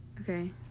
Okay